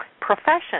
profession